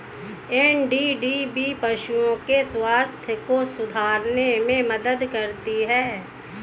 NDDB पशुओं के स्वास्थ्य को सुधारने में मदद करती है